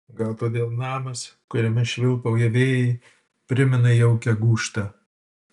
gal todėl namas kuriame švilpauja vėjai primena jaukią gūžtą